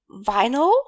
vinyl